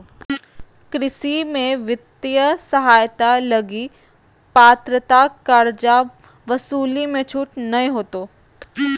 कृषि में वित्तीय सहायता लगी पात्रता कर्जा वसूली मे छूट नय होतो